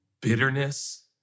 bitterness